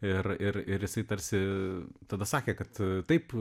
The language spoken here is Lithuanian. ir ir ir jisai tarsi tada sakė kad taip